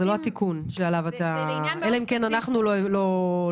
זה לא התיקון עליו אתה מדבר אלא אם כן אנחנו לא הבנו.